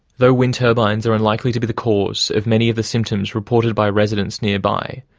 though wind turbines are unlikely to be the cause of many of the symptoms reported by residents nearby,